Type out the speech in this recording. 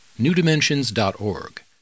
newdimensions.org